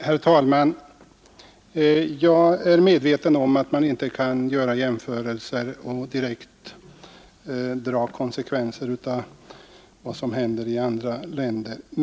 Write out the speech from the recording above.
Herr talman! Jag är medveten om att man inte kan göra jämförelser med andra länder och direkt dra konsekvenser av vad som händer där.